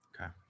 Okay